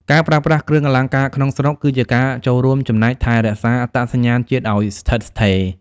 ការប្រើប្រាស់គ្រឿងអលង្ការក្នុងស្រុក គឺជាការចូលរួមចំណែកថែរក្សាអត្តសញ្ញាណជាតិឱ្យស្ថិតស្ថេរ។